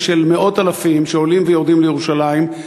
של מאות אלפים שעולים ויורדים לירושלים.